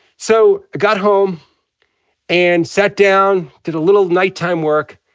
so got home and sat down, did a little nighttime work.